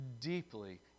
deeply